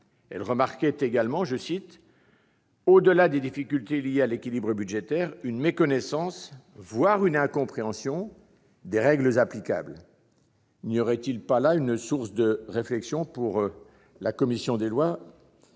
Elle remarquait également, « au-delà des difficultés liées à l'équilibre budgétaire, une méconnaissance, voire une incompréhension, des règles applicables ». N'y aurait-il pas là une source de réflexions pour la commission des lois ?